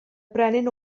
brenin